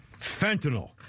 Fentanyl